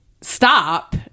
stop